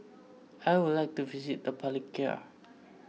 I would like to visit the Palikir